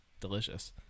delicious